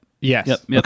Yes